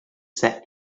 set